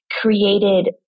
created